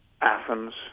Athens